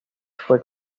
fue